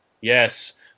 Yes